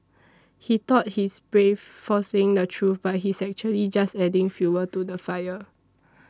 he thought he's brave for saying the truth but he's actually just adding fuel to the fire